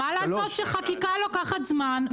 מה לעשות שחקיקה לוקחת זמן.